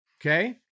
Okay